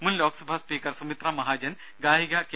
മുൻ ലോക്സഭാ സ്പീക്കർ സുമിത്ര മഹാജൻ ഗായിക കെ